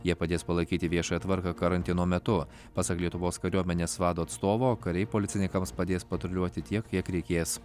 jie padės palaikyti viešąją tvarką karantino metu pasak lietuvos kariuomenės vado atstovo kariai policininkams padės patruliuoti tiek kiek reikės